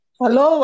Hello